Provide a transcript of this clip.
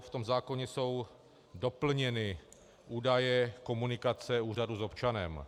V tom zákoně jsou doplněny údaje komunikace úřadu s občanem.